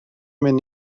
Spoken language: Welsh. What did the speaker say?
mynd